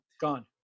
Gone